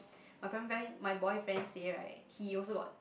my friend friend my boyfriend say right he also got